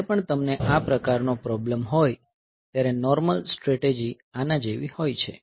જ્યારે પણ તમને આ પ્રકારનો પ્રોબ્લેમ હોય ત્યારે નોર્મલ સ્ટ્રેટેજી આના જેવી હોય છે